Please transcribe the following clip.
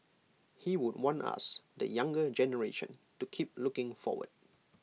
he would want us the younger generation to keep looking forward